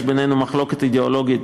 יש בינינו מחלוקת אידיאולוגית